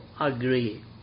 agree